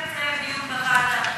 אנחנו רוצים להעביר את זה לדיון בוועדה.